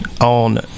On